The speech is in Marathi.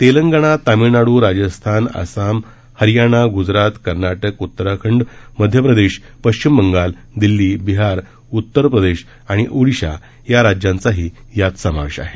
तेलंगणा तामिळनाडू राजस्थान आसाम हरियाणा गुजरात कर्नाटक उत्तराखंड मध्यप्रदेश पश्चिम बंगाल दिल्ली बिहार उत्तरप्रदेश आणि ओडिशा या राज्यांचा देखील यात समावेश आहे